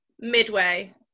midway